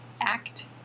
act